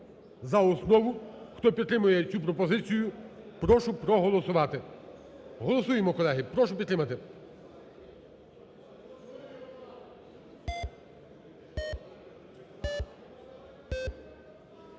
за основу. Хто підтримує цю пропозицію, прошу проголосувати. Голосуємо, колеги. Прошу підтримати.